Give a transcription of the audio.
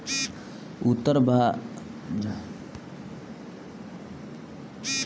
भारत के उत्तर पूरब के राज्य में मछली उ लोग के मुख्य खाना हवे